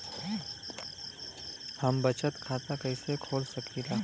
हम बचत खाता कईसे खोल सकिला?